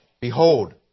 Behold